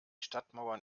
stadtmauern